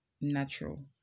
natural